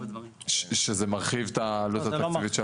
שזה מרחיב את העלות התקציבית.